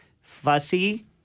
fussy